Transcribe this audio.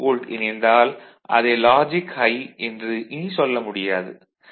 1 volt இணைந்தால் அதை logic high என்று இனி சொல்ல முடியாது